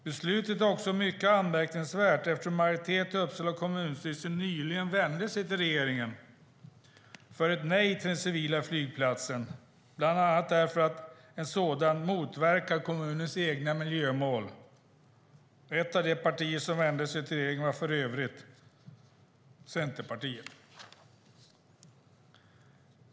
Beslutet är också mycket anmärkningsvärt eftersom majoriteten i Uppsala kommunstyrelse nyligen vände sig till regeringen för att få ett nej till den civila flygplatsen, bland annat därför att en sådan motverkar kommunens egna miljömål. Ett av de partierna var för övrigt Centerpartiet.